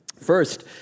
First